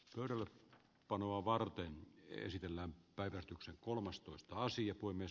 tor panoa varten esitellään päivystyksen kolmastoista sija voi myös